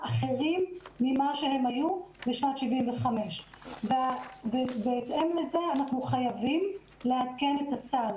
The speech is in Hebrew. אחרים ממה שהם היו בשנת 1975. בהתאם לזה אנחנו חייבים לעדכן את הסל,